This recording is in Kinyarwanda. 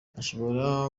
ishobora